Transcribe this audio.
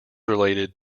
related